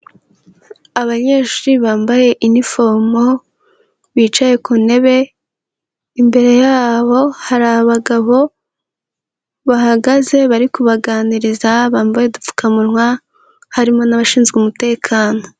Abanyeshuri bambaye inifomo bicaye ku ntebe, imbere yabo hari abagabo bahagaze bari kubaganiriza bambaye udupfukamunwa, harimo n'abashinzwe umutekano.